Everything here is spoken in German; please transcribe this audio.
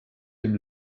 dem